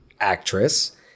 actress